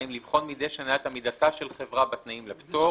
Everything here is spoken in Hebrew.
לבחון מדי שנה את עמידתה של חברה בתנאים לפטור.